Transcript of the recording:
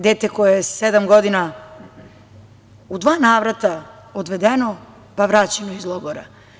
Dete koje je sedam godina u dva navrata odvedeno, pa vraćeno iz logora.